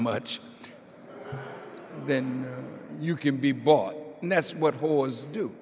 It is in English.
much then you can be bought and that's what whores do